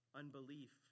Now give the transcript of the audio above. unbelief